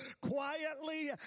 quietly